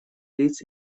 лиц